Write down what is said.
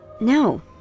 No